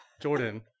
Jordan